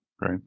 right